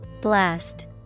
blast